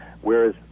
whereas